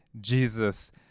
Jesus